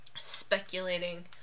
speculating